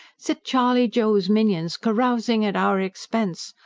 sit charley joe's minions, carousing at our expense,